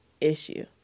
issue